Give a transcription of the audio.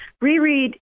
reread